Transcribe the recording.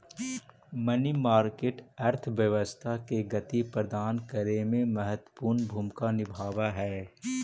money market अर्थव्यवस्था के गति प्रदान करे में महत्वपूर्ण भूमिका निभावऽ हई